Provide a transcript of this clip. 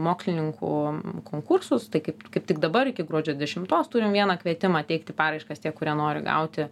mokslininkų konkursus tai kaip kaip tik dabar iki gruodžio dešimtos turim vieną kvietimą teikti paraiškas tie kurie nori gauti